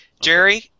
Jerry